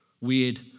weird